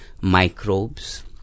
microbes